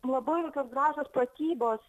labai tokios gražios pratybos